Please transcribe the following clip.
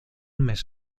mes